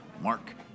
Mark